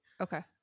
Okay